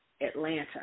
Atlanta